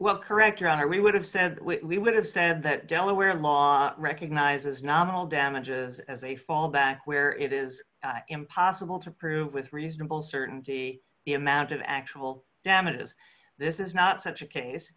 well correct your honor we would have said we would have said that delaware law recognizes nominal damages as a fall back where it is impossible to prove with reasonable certainty the amount of actual damages this is not such a case